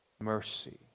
mercy